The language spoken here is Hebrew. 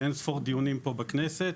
אין-ספור דיונים פה בכנסת,